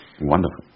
Wonderful